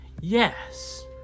yes